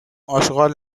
آشغال